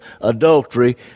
adultery